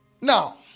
Now